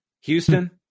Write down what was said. Houston